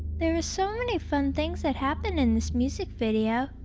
there are so many fun things that happen in this music video.